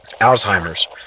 Alzheimer's